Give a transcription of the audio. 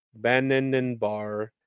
Bananenbar